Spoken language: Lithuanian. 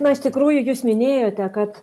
na iš tikrųjų jūs minėjote kad